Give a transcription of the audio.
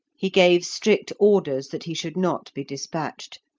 he gave strict orders that he should not be despatched,